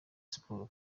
sports